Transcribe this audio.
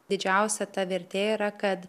didžiausia ta vertė yra kad